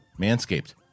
Manscaped